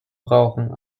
brauchen